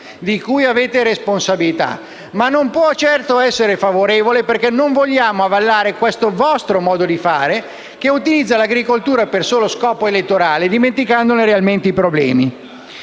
di cui avete responsabilità. Ma non può certo essere favorevole, perché non vogliamo avallare il vostro modo di fare che utilizza l'agricoltura per il solo scopo elettorale, dimenticandone realmente i problemi.